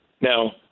Now